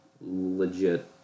legit